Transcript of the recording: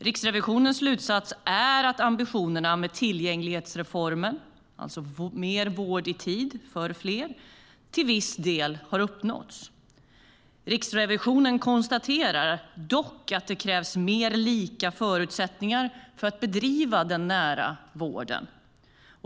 Riksrevisionens slutsats är att ambitionerna med tillgänglighetsreformen, mer vård i tid för fler, till viss del har uppnåtts. Riksrevisionen konstaterar dock att det krävs mer lika förutsättningar för att bedriva den nära vården.